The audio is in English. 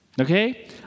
okay